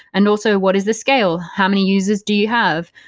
and also, what is the scale? how many users do you have?